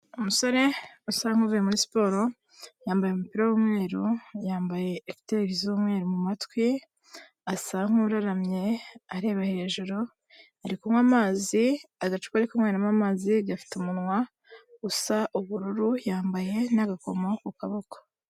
Umusore wasa nk'uvuye muri siporo, yambaye umupira w'umweru, yambaye ''ecouteurs'' z'umweru mu matwi; asa nk'uraramye areba hejuru, ari kunywa amazi, agacupa ari kunyweramo amazi gafite umunwa usa ubururu, yambaye n'agakomo ku kaboko.